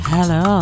Hello